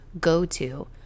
go-to